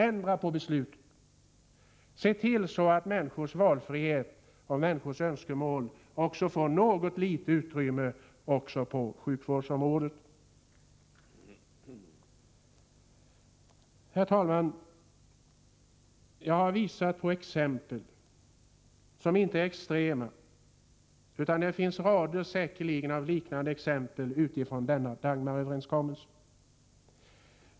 Ändra på beslutet! Se till att människors valfrihet och människors önskemål får något litet utrymme också på sjukvårdsområdet! Herr talman! Jag har visat på exempel som inte är extrema. Det finns säkerligen rader av liknande exempel när det gäller Dagmaröverenskommelsen.